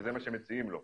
כפי שמציעים לנו.